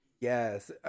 Yes